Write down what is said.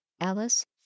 Alice